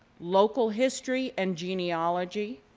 local history and genealogy,